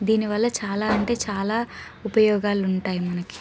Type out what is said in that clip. దీనివల్ల చాలా అంటే చాలా ఉపయోగాలు ఉంటాయి మనకి